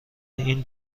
این